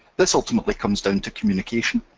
this ultimately comes down to communication.